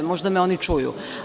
Možda me oni čuju.